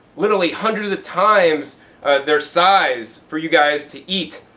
literally hundreds of times their size for you guys to eat.